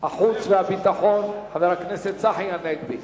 החוץ והביטחון, חבר הכנסת צחי הנגבי.